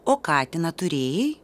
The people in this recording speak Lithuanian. o katiną turėjai